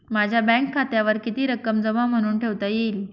माझ्या बँक खात्यावर किती रक्कम जमा म्हणून ठेवता येईल?